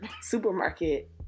supermarket